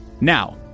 now